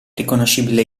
riconoscibile